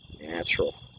Natural